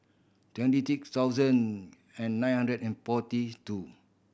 twenty six thousand and nine hundred and forty two